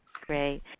Great